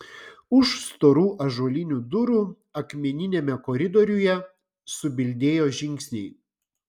už storų ąžuolinių durų akmeniniame koridoriuje subildėjo žingsniai